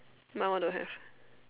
my one don't have